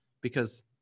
because-